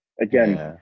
again